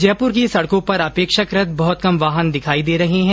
जयपुर की सड़कों पर अपेक्षाकृत बहत कम वाहन दिखाई दे रहे है